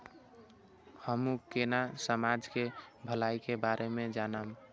हमू केना समाज के भलाई के बारे में जानब?